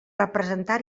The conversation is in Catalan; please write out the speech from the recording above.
representar